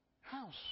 house